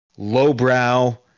Lowbrow